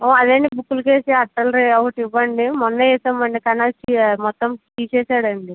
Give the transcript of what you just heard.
ఓ అదండి బుక్కులకేసే అట్టలు రె ఒకటి ఇవ్వండి మొన్నే వేసామండి కానది మొత్తం తీసేసాడండి